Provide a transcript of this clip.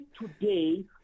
today